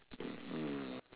mm mm